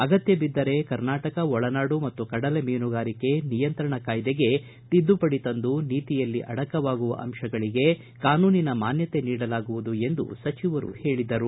ಅಗತ್ತ ಬಿದ್ದರೆ ಕರ್ನಾಟಕ ಒಳನಾಡು ಮತ್ತು ಕಡಲ ಮೀನುಗಾರಿಕೆ ನಿಯಂತ್ರಣ ಕಾಯ್ದೆಗೆ ತಿದ್ದುಪಡಿ ತಂದು ನೀತಿಯಲ್ಲಿ ಅಡಕವಾಗುವ ಅಂಶಗಳಿಗೆ ಕಾನೂನಿನ ಮಾನ್ನತೆ ನೀಡಲಾಗುವುದು ಎಂದು ಸಚಿವರು ಹೇಳಿದರು